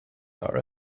are